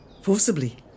Forcibly